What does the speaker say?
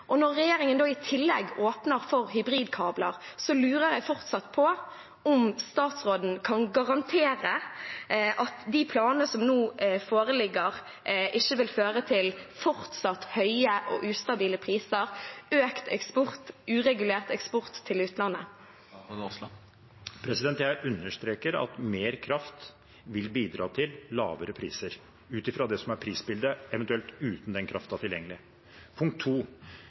Når regjeringen i tillegg åpner for hybridkabler, lurer jeg fortsatt på om statsråden kan garantere at de planene som nå foreligger, ikke vil føre til fortsatt høye og ustabile priser og økt uregulert eksport til utlandet. Jeg understreker at mer kraft vil bidra til lavere priser ut ifra det som er prisbildet, eventuelt uten at den kraften er tilgjengelig.